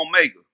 Omega